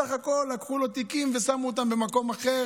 בסך הכול לקחו לו תיקים ושמו אותם במקום אחר,